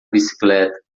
bicicleta